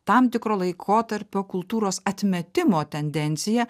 tam tikro laikotarpio kultūros atmetimo tendencija